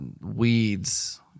weeds